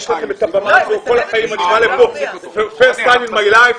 יש לכם את הבמה הזאת כל החיים אבל אני מגיע לכאן כנראה פעם אחרונה.